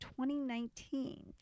2019